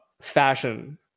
fashion